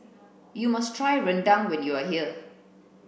you must try rendang when you are here